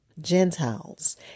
Gentiles